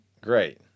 great